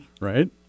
Right